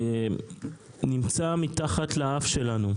נמצא מתחת לאף שלנו,